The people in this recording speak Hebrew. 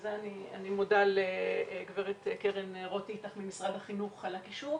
בזה אני מודה לגברת קרן רוט איטח ממשרד החינוך על הקישור,